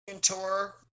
tour